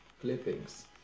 clippings